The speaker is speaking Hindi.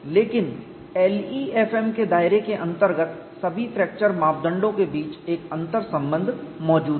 लेकिन LEFM के दायरे के अंतर्गत सभी फ्रैक्चर मापदंडों के बीच एक अंतर्संबंध मौजूद है